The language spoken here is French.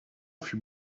fut